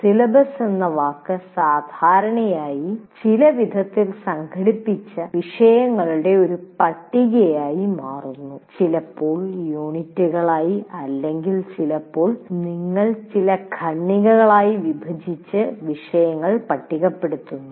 "syllabus" എന്ന വാക്ക് സാധാരണയായി ചിലവിധത്തിൽ സംഘടിപ്പിച്ച വിഷയങ്ങളുടെ ഒരു പട്ടികയായി മനസ്സിലാക്കുന്നു ചിലപ്പോൾ യൂണിറ്റുകളായി അല്ലെങ്കിൽ ചിലപ്പോൾ നിങ്ങൾ ചില ഖണ്ഡികകളായി വിഭജിച്ച് വിഷയങ്ങൾ പട്ടികപ്പെടുത്തുന്നു